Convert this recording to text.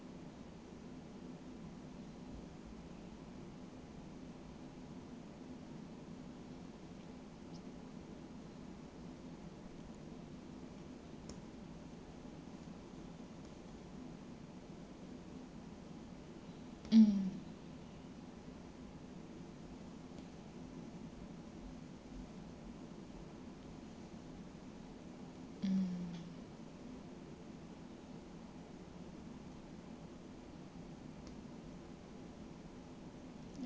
mm mm